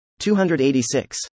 286